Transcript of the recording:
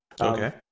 Okay